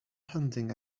hunting